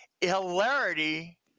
hilarity